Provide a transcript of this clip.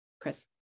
Chris